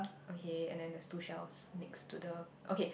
okay and then there's two shells next to the okay